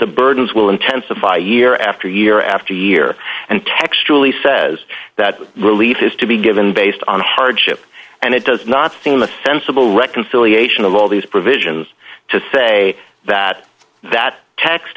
the burdens will intensify year after year after year and textually says that relief is to be given based on hardship and it does not seem a sensible reconciliation of all these provisions to say that that t